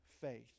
faith